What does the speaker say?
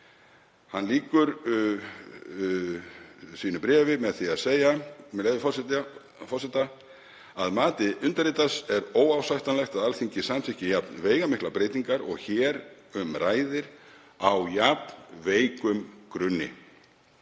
Hann lýkur bréfi sínu með því að segja, með leyfi forseta: „Að mati undirritaðs er óásættanlegt að Alþingi samþykki jafn veigamiklar breytingar og hér um ræðir á jafn veikum grunni.